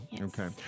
Okay